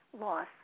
loss